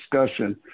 discussion